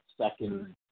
second